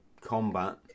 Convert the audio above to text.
combat